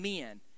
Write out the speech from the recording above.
men